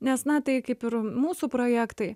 nes na tai kaip ir mūsų projektai